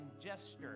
gesture